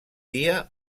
dia